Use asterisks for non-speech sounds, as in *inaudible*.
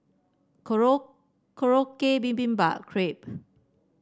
*unintelligible* Korokke Bibimbap Crepe